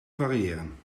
variëren